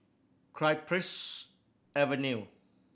Cypress Avenue